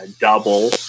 double